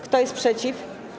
Kto jest przeciw?